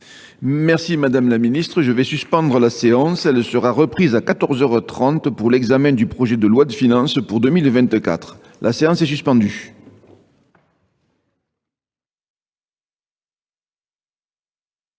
Merci, madame la ministre. Je vais suspendre la séance. Elle sera reprise à 14h30 pour l'examen du projet de loi de finances pour 2024. La séance est suspendue.